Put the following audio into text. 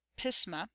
pisma